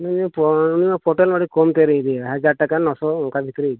ᱱᱤᱭᱟᱹ ᱯᱚᱨᱮ ᱨᱮᱢᱟ ᱴᱳᱴᱟᱞ ᱢᱟ ᱟᱹᱰᱤ ᱠᱚᱢᱛᱮ ᱤᱫᱤᱭᱟ ᱦᱟᱡᱟᱨ ᱴᱟᱠᱟ ᱱᱚᱥᱚ ᱚᱱᱠᱟ ᱵᱷᱤᱛᱨᱤ ᱨᱮ ᱤᱫᱤᱭᱟ